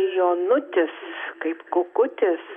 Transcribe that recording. jonutis kaip kukutis